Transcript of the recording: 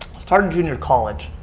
started junior college.